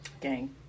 gang